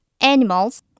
animals